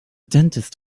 dentist